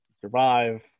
survive